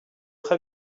très